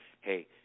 hey